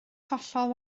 hollol